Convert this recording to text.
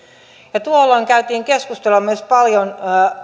tuolloin käytiin keskustelua myös paljon